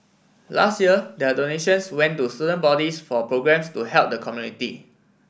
last year their donations went to student bodies for programmes to help the community